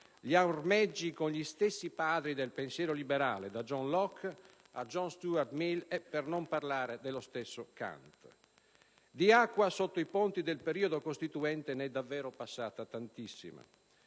gli ormeggi con gli stessi padri del pensiero liberale, da John Locke a John Stuart Mill, per non parlare dello stesso Kant. Di acqua sotto i ponti dal periodo costituente ne è passata davvero tantissima.